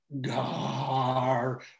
Gar